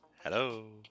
Hello